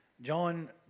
John